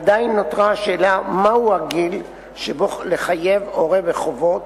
עדיין נותרה השאלה מהו הגיל שבו יש לחייב הורה בחובות